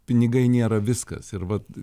pinigai nėra viskas ir vat